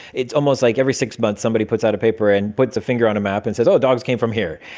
it's almost like every six months somebody puts out a paper and puts a finger on a map and says, oh, dogs came from here.